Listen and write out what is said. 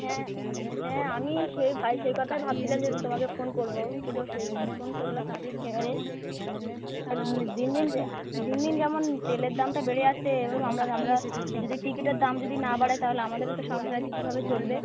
হ্যাঁ হ্যাঁ আমি সেই বা সেই কতাই ভাবছিলাম যে আমি তোমাকে ফোন করবো কিন্তু সেই ফোন করলা এবারে আর দিন দিন যে দিন দিন যেমন তেলের দামটা বেড়ে যাচ্ছে এভাবে আমরা আমরা যদি টিকিটের দাম যদি না বাড়ায় তাহলে আমাদেরও তো সংসার আছে কীভাবে চলবে